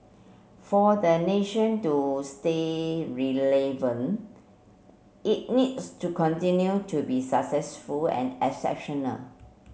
for the nation to stay it needs to continue to be successful and exceptional